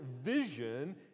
vision